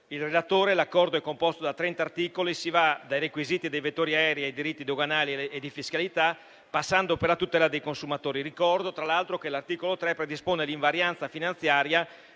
il relatore, l'Accordo è composto da trenta articoli; si va dai requisiti dei vettori aerei ai diritti doganali e di fiscalità, passando per la tutela dei consumatori. Ricordo, tra l'altro, che l'articolo 3 predispone l'invarianza finanziaria,